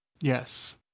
Yes